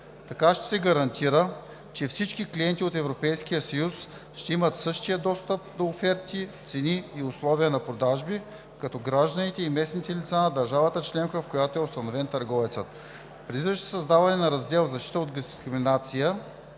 Така ще се гарантира, че всички клиенти от Европейския съюз ще имат същия достъп до оферти, цени и условия на продажби както гражданите и местните лица на държавата членка, в която е установен търговецът. Предвижда се създаване на раздел „Защита от дискриминация“,